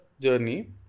journey